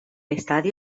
estadio